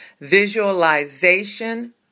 visualization